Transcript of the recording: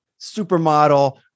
supermodel